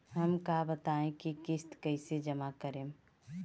हम का बताई की किस्त कईसे जमा करेम?